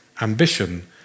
Ambition